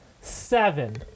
seven